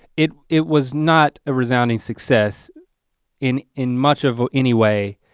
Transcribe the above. it it was not a resounding success in in much of any way.